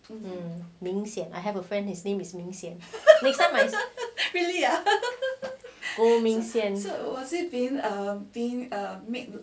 hmm 明显 I have a friend his name is ming xian next time I fu ming sian